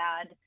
add